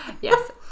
yes